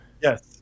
Yes